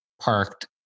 parked